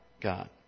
God